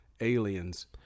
aliens